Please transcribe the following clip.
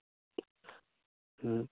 ᱦᱩᱸ